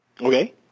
Okay